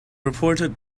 reported